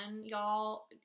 y'all